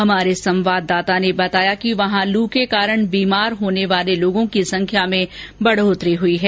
हमारे संवाददाता ने बताया कि वहां लू के कारण बीमार होने वालों की संख्या में बढ़ोतरी हुई है